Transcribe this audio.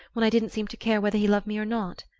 when i didn't seem to care whether he loved me or not.